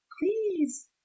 Please